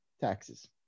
taxes